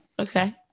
okay